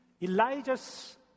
Elijah's